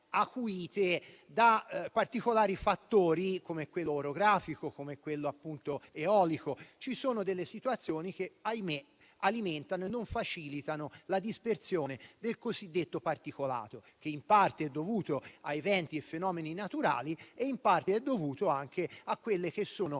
acuite da particolari fattori come quello orografico e come quello eolico, dove ci sono delle situazioni che, ahimè, alimentano la permanenza e non facilitano la dispersione del cosiddetto particolato, che in parte è dovuto a eventi e fenomeni naturali e in parte viene immesso